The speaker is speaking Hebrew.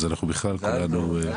אז אנחנו בכלל כולנו שמחים.